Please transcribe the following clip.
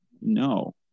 No